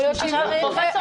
שנייה,